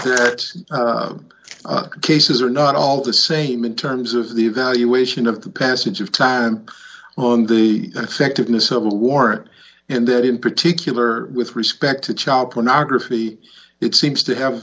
that cases are not all the same in terms of the evaluation of the passage of time on the effectiveness of a warrant and that in particular with respect to chop ona graphy it seems to have